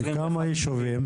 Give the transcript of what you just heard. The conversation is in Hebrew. בכמה יישובים?